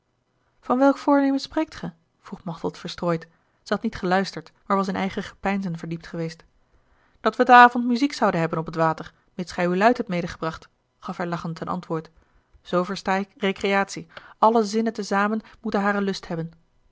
van welk voornemen spreekt gij vroeg machteld verstrooid zij had niet geluisterd maar was in eigen gepeinzen verdiept geweest dat we te avond muziek zouden hebben op het water mits gij uwe luit hebt mede gebracht gaf hij lachend ten antwoord zoo versta ik recreatie alle zinnen te zamen moeten haren lust hebben